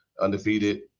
undefeated